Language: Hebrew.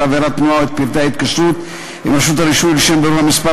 עבירת תנועה את פרטי ההתקשרות עם רשות הרישוי לשם בירור המספר